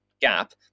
Gap